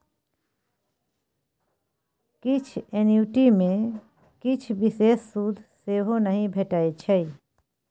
किछ एन्युटी मे किछ बिषेश सुद सेहो नहि भेटै छै